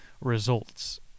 results